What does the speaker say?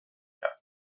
کرد